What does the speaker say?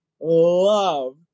love